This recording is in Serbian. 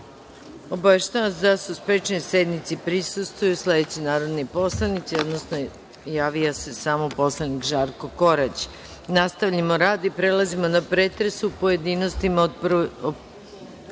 vas da su sprečeni sednici da prisustvuju sledeći narodni poslanici, odnosno najavio se samo poslanik Žarko Korać. Nastavljamo rad i prelazimo na pretres u pojedinostima po 1.